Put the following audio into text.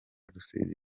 rusizi